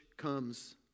comes